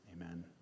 Amen